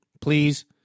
please